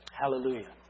Hallelujah